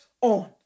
on